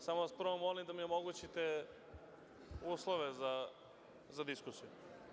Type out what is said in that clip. Samo vas prvo molim da mi omogućite uslove za diskusiju.